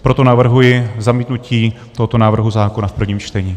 Proto navrhuji zamítnutí tohoto návrhu zákona v prvním čtení.